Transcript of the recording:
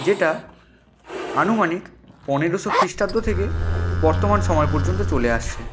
যেটা আনুমানিক পনেরশো খ্রিস্টাব্দ থেকে বর্তমান সময় পর্যন্ত চলে আসছে